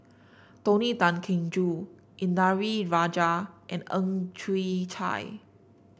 Tony Tan Keng Joo Indranee Rajah and Ang Chwee Chai